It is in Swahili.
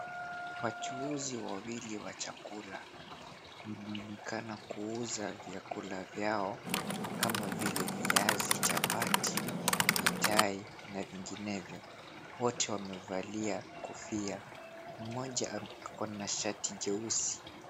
Wachuuzi wawili wa chakula wanaonekana kuuza chakula vyao kama vile; viazi, chapati, mitai na vinginevyo wote wamevalia kofia. Mmoja ako na shati jeusi.